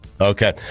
Okay